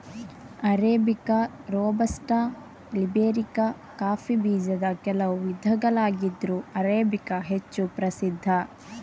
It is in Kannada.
ಅರೇಬಿಕಾ, ರೋಬಸ್ಟಾ, ಲಿಬೇರಿಕಾ ಕಾಫಿ ಬೀಜದ ಕೆಲವು ವಿಧಗಳಾಗಿದ್ರೂ ಅರೇಬಿಕಾ ಹೆಚ್ಚು ಪ್ರಸಿದ್ಧ